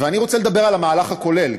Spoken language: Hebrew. אני רוצה לדבר על המהלך הכולל.